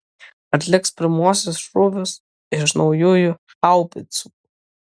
atliks pirmuosius šūvius iš naujųjų haubicų